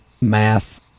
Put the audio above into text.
math